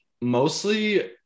mostly